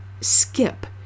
skip